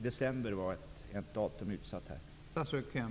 December har angivits som en tidpunkt.